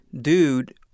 dude